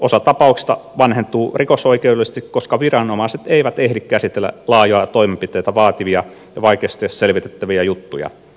osa tapauksista vanhentuu rikosoikeudellisesti koska viranomaiset eivät ehdi käsitellä laajoja toimenpiteitä vaativia ja vaikeasti selvitettäviä juttuja